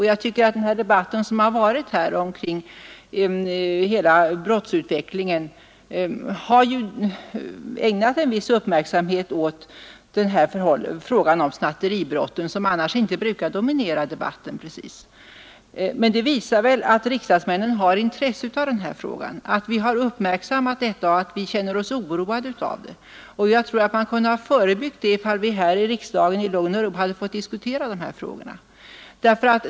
Jag tycker att den debatt som förts här om brottsutvecklingen har ägnat en viss uppmärksamhet åt snatteribrotten, som annars inte precis brukar dominera diskussionerna. Men det visar väl att riksdagsmännen har intresse för den frågan, att vi har uppmärksammat den och att vi känner oss oroade. Jag tror att man kunnat förebygga detta om vi här i riksdagen i lugn och ro hade fått diskutera dessa frågor.